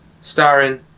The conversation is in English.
starring